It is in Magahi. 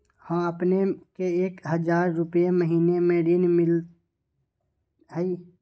हां अपने के एक हजार रु महीने में ऋण मिलहई?